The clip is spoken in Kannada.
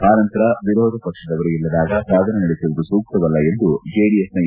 ಆನಂತರ ವಿರೋಧ ಪಕ್ಷದವರು ಇಲ್ಲದಾಗ ಸದನ ನಡೆಸುವುದು ಸೂಕ್ತವಲ್ಲ ಎಂದು ಜೆಡಿಎಸ್ನ ಎ